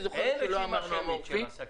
אין רשימה שמית של עסקים.